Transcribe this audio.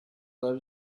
over